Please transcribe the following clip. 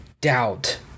doubt